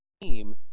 team